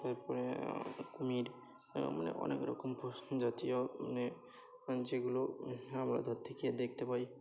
তার পরে কুমির মানে অনেক রকম জাতীয় মানে যেগুলো আমরা ধরতে গিয়ে দেখতে পাই